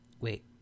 Wait